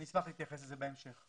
אני אשמח להתייחס לזה בהמשך.